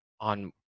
on